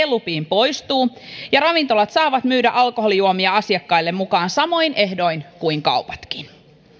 lupiin poistuu ja ravintolat saavat myydä alkoholijuomia asiakkaille mukaan samoin ehdoin kuin kaupatkin